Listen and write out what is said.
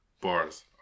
bars